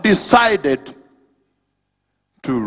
decided to